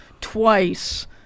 twice